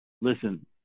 listen